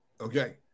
okay